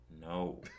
No